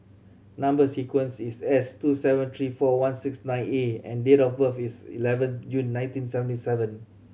number sequence is S two seven three four one six nine A and date of birth is eleventh June nineteen seventy seven